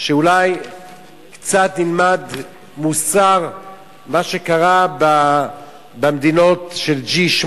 שאולי נלמד קצת מוסר ממה שקרה במדינות ה-8G,